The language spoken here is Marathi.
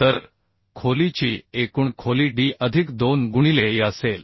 तर खोलीची एकूण खोली D अधिक 2 गुणिले E असेल